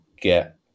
get